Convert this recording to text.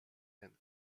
and